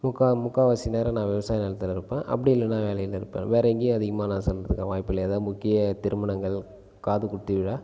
முக்கால் முக்காவாசி நேரம் நான் விவசாய நிலத்துல இருப்பேன் அப்படி இல்லைனா வேலையில் இருப்பேன் வேறு எங்கையும் அதிகமாக சென்றுருக்க வாய்ப்பில்லை எதாவது முக்கிய திருமணங்கள் காதுகுத்துவிழா